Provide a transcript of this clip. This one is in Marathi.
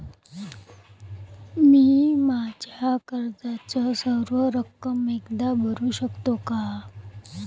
मी माझ्या कर्जाची सर्व रक्कम एकदा भरू शकतो का?